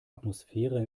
atmosphäre